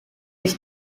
his